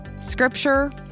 Scripture